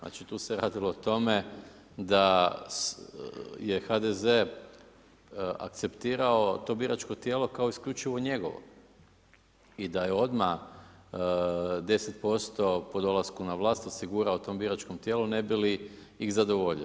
Znači tu se radilo o tome da je HDZ akceptirao to biračko tijelo kao isključivo njegovo i da je odmah 10% po dolasku na vlast osigurao tom biračkom tijelu ne bi li ih zadovoljio.